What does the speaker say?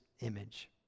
image